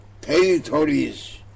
territories